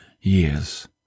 years